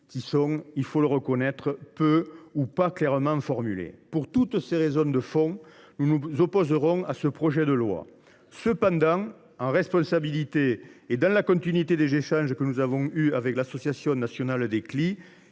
sont, il faut le reconnaître, peu ou pas formulés. Pour toutes ces raisons de fond, nous nous opposerons à ce projet de loi. Très bien… Cependant, en responsabilité et dans la continuité des échanges que nous avons eus avec l’Anccli et les